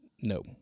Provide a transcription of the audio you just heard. No